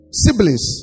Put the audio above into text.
siblings